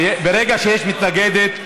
ברגע שיש מתנגדת,